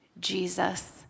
Jesus